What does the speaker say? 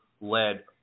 led